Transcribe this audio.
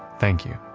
thank you.